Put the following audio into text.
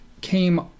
came